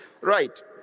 right